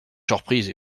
surprise